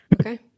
okay